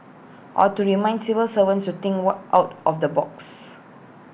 or to remind civil servants to think what out of the box